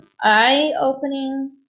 eye-opening